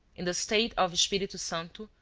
in the state of espirito santo,